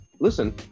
listen